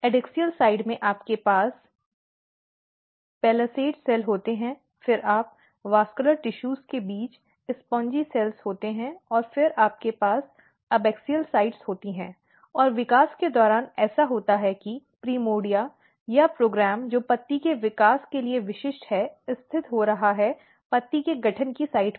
adaxial पक्ष में आपके पास पैलिसैड सेल होता है फिर आप संवहनी ऊतकों के बीच स्पंजी कोशिकाओं होते हैं और फिर आपके पास एबॅक्सियल पक्ष होते हैं और विकास के दौरान ऐसा होता है कि प्राइमर्डिया या प्रोग्राम जो पत्ती के विकास के लिए विशिष्ट है स्थित हो रहा है पत्ती के गठन की साइट पर